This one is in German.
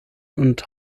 und